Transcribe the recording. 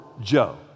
Joe